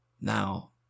now